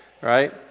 right